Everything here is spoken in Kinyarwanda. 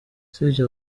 usibye